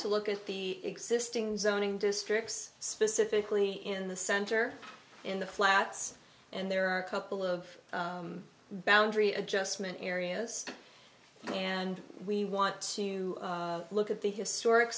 to look at the existing zoning districts specifically in the center in the flats and there are a couple of boundary adjustment areas and we want to look at the historic